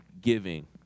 giving